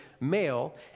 male